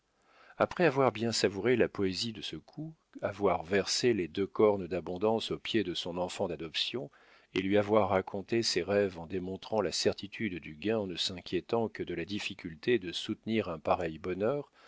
après avoir bien savouré la poésie de ce coup avoir versé les deux cornes d'abondance aux pieds de son enfant d'adoption et lui avoir raconté ses rêves en démontrant la certitude du gain en ne s'inquiétant que de la difficulté de soutenir un pareil bonheur